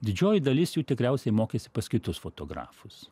didžioji dalis jų tikriausiai mokėsi pas kitus fotografus